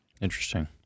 Interesting